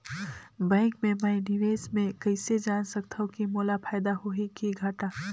Bank मे मैं निवेश मे कइसे जान सकथव कि मोला फायदा होही कि घाटा?